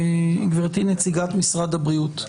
גברתי נציגת משרד הבריאות,